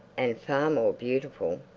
and far more beautiful.